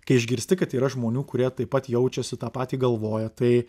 kai išgirsti kad yra žmonių kurie taip pat jaučiasi tą patį galvoja tai